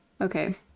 Okay